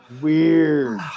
weird